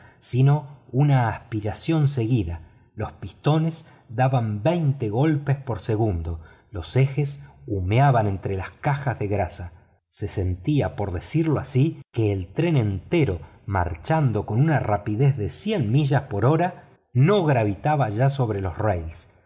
sino una aspiración seguida los pistones daban veinte golpes por segundo los ejes humeaban entre las cajas de grasa se sentía por decirlo así que el tren entero marchando con una rapidez de cien millas por hora no gravitaba ya sobre los rieles